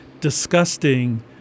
disgusting